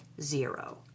zero